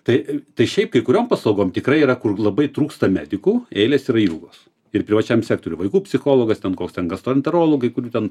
tai tai šiaip kai kuriom paslaugom tikrai yra kur labai trūksta medikų eilės yra ilgos ir privačiam sektoriui vaikų psichologas ten koks ten gastroenterologai kurių ten